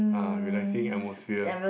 uh relaxing atmosphere